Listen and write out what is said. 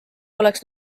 oleks